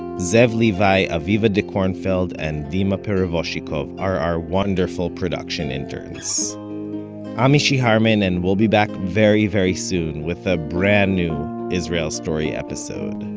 zev levi, aviva dekornfeld and dima perevozchikov are our wonderful production interns i'm mishy harman, and we'll be back very very soon with a brand new israel story episode.